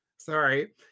Sorry